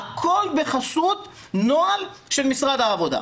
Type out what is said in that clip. והכל בחסות נוהל של משרד העבודה.